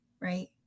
right